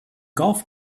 golf